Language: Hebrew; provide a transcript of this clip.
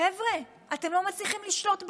חבר'ה, אתם לא מצליחים לשלוט באירוע.